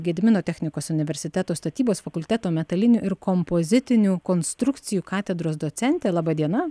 gedimino technikos universiteto statybos fakulteto metalinių ir kompozitinių konstrukcijų katedros docentė laba diena